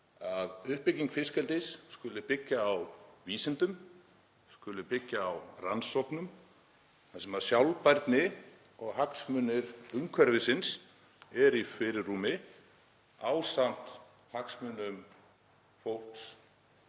að uppbygging fiskeldis skuli byggja á vísindum, skuli byggja á rannsóknum þar sem sjálfbærni og hagsmunir umhverfisins eru í fyrirrúmi, ásamt hagsmunum fólks